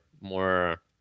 more